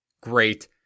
great